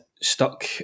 stuck